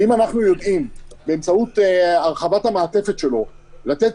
ואם אנחנו יודעים באמצעות הרחבת המעטפת שלו לתת